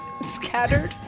Scattered